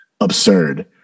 Absurd